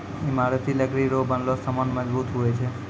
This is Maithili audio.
ईमारती लकड़ी रो बनलो समान मजबूत हुवै छै